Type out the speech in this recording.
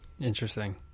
Interesting